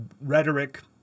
rhetoric